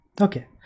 okay